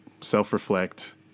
Self-reflect